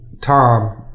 Tom